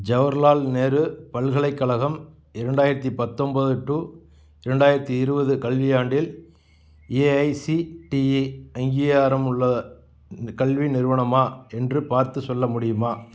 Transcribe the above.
ஜவஹர்லால் நேரு பல்கலைக்கழகம் இரண்டாயிரத்தி பத்தொம்பது டூ இரண்டாயிரத்தி இருபது கல்வியாண்டில் ஏஐசிடிஇ அங்கீகாரமுள்ள கல்வி நிறுவனமா என்று பார்த்துச் சொல்ல முடியுமா